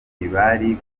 ntibari